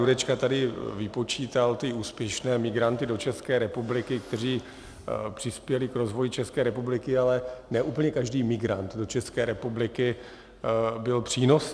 Marian Jurečka tady vypočítal ty úspěšné migranty do České republiky, kteří přispěli k rozvoji České republiky, ale ne úplně každý migrant do České republiky byl přínosem.